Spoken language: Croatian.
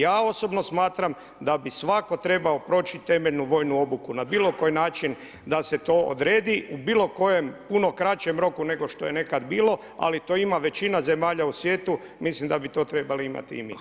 Ja osobno smatram da bi svatko trebao proći temeljnu vojnu obuku na bilokoji način da se to odredi u bilokojem puno kraćem roku nego što je nekad bilo ali to ima većina zemalja u svijetu, mislim da bi trebali imati i mi.